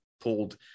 pulled